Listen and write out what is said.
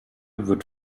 wird